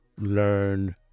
learn